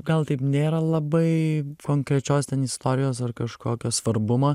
gal taip nėra labai konkrečios ten istorijos ar kažkokio svarbumo